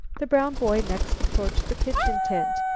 the brown boy next approached the kitchen tent.